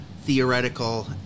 theoretical